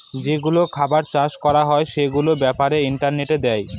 যেগুলো খাবার চাষ করা হয় সেগুলোর ব্যাপারে ইন্টারনেটে দেয়